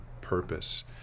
purpose